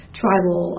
tribal